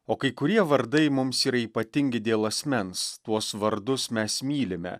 o kai kurie vardai mums yra ypatingi dėl asmens tuos vardus mes mylime